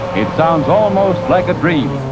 it sounds almost like a dream